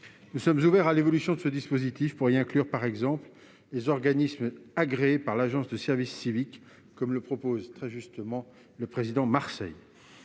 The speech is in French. Nous sommes ouverts à l'évolution de ce dispositif pour y inclure, par exemple, les organismes agréés par l'Agence du service civique, comme le propose fort justement Hervé Marseille.